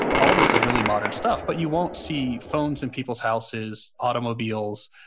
all this is really modern stuff, but you won't see phones in people's houses, automobiles,